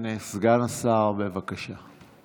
סגן השר, בבקשה.